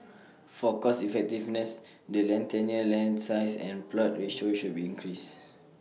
for cost effectiveness the land tenure land size and plot ratio should be increased